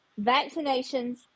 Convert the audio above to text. vaccinations